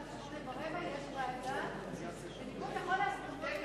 עכשיו 20:15 ויש ועדה בניגוד לכל ההסכמות שהיו,